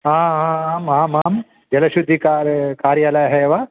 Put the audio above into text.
हा हा आम् आम् आम् जलशुद्धिकरणकार्यालयः एव